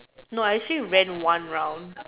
no I say ran one round